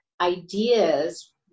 ideas